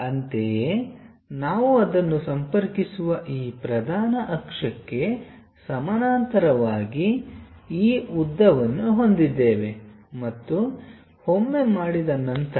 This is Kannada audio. ಅಂತೆಯೇ ನಾವು ಅದನ್ನು ಸಂಪರ್ಕಿಸುವ ಈ ಪ್ರಧಾನ ಅಕ್ಷಕ್ಕೆ ಸಮಾನಾಂತರವಾಗಿ ಈ ಉದ್ದವನ್ನು ಹೊಂದಿದ್ದೇವೆ ಮತ್ತು ಒಮ್ಮೆ ಮಾಡಿದ ನಂತರ